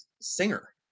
singer